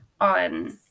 on